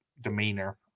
demeanor